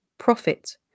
profit